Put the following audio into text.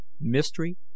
mystery